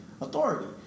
authority